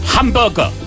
Hamburger